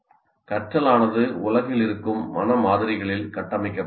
கற்றலானது உலகில் இருக்கும் மன மாதிரிகளில் கட்டமைக்கப்பட்ட வேண்டும்